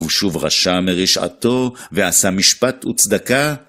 הוא שוב רשע מרשעתו, ועשה משפט וצדקה.